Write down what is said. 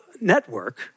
network